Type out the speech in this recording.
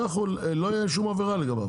לא תהיה שום עבירה לגביו,